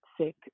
sick